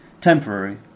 temporary